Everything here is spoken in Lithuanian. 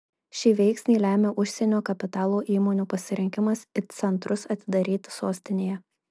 šį veiksnį lemia užsienio kapitalo įmonių pasirinkimas it centrus atidaryti sostinėje